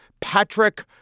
Patrick